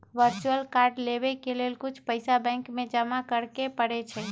virtual card लेबेय के लेल कुछ पइसा बैंक में जमा करेके परै छै